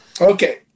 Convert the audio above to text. Okay